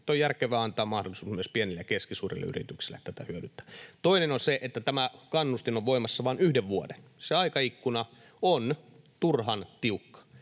on järkevää antaa mahdollisuus myös pienille ja keskisuurille yrityksille tätä hyödyntää. Toinen on se, että tämä kannustin on voimassa vain yhden vuoden — se aikaikkuna on turhan tiukka.